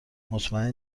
مطمئن